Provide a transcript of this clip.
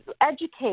educate